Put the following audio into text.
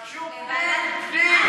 תבקשו פנים, פנים.